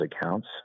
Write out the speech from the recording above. accounts